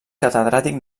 catedràtic